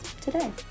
today